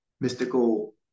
mystical